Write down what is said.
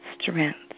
strength